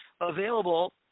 available